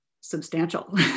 substantial